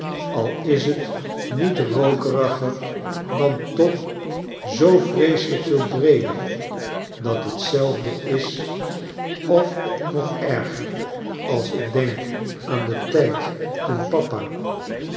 al is het niet rookeriger dan toch zoo vreeselijk veel breeder dat hetzelfde is of nog erger als ik denk aan den tijd toen papa